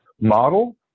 model